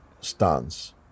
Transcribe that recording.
stance